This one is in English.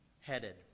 headed